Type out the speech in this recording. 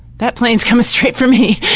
that plane is coming straight for me!